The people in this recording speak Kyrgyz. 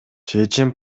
чечим